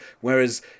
Whereas